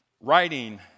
writing